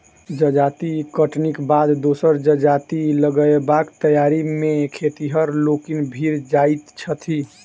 जजाति कटनीक बाद दोसर जजाति लगयबाक तैयारी मे खेतिहर लोकनि भिड़ जाइत छथि